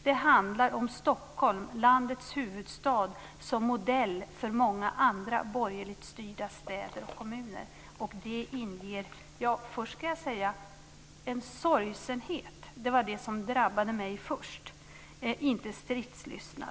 Det handlar om Stockholm - landets huvudstad - som modell för många andra borgerligt styrda städer och kommuner. Det inger sorgsenhet - det var det som drabbade mig först - och inte stridslystnad.